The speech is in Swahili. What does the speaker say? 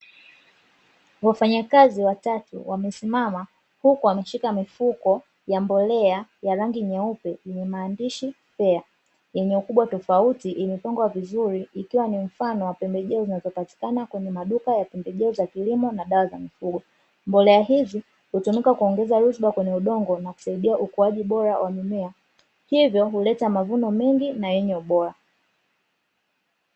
Wafanyakazi watatu wamesimama huku wameshika mifuko ya mbolea ya rangi nyeupe, yenye maandishi "Fair", yenye ukubwa tofauti imepangwa vizuri, ikiwa ni mfano wa pembejeo zinazopatikana kwenye maduka ya pembejeo za kilimo na dawa za mifugo. Mbolea hizi hutumika kuongeza rutuba kwenye udongo na kusaidia ukuaji bora wa mimea, hivyo huleta mavuno mengi na yenye ubora.